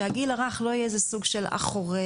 שהגיל הרך לא יהיה איזה סוג של אח חורג,